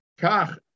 kach